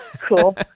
cool